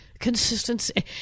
consistency